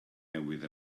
newydd